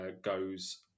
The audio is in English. goes